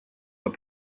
what